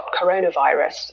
coronavirus